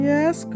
Yes